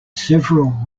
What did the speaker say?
several